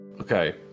Okay